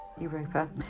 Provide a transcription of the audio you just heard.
Europa